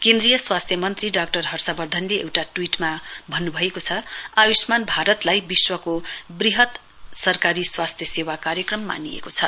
केन्द्रीय स्वास्थ्य मन्त्री डाक्टर हर्षवर्धनले एउटा ट्वीट्मा भन्नुभएको छ आयुष्मान भारतलाई विश्वको वृहत सरकारी स्वास्थ्य सेवा कार्यक्रम मानिएको छ